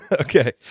Okay